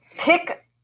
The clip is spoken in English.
Pick